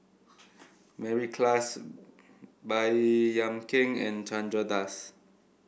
Mary Klass Baey Yam Keng and Chandra Das